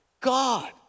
God